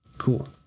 cool